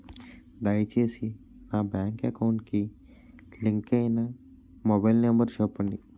దయచేసి నా bank account కి లింక్ అయినా మొబైల్ నంబర్ చెప్పండి